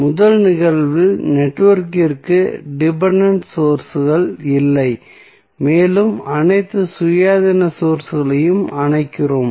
முதல் நிகழ்வில் நெட்வொர்க்கிற்கு டிபென்டென்ட் சோர்ஸ்கள் இல்லை மேலும் அனைத்து சுயாதீன சோர்ஸ்களையும் அணைக்கிறோம்